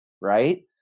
Right